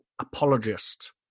apologist